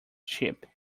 ship